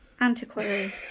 Antiquary